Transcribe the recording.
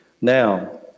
now